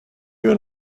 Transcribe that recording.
you